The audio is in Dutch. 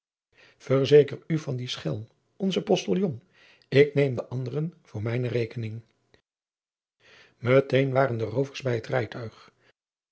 erzeker u van dien schelm onzen ostiljon ik neem de anderen voor mijne rekening eteen waren de roovers bij het rijtuig